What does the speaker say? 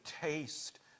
taste